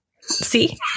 See